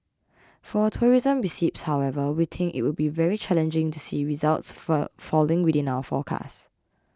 for tourism receipts however we think it would be very challenging to see results falling within our forecast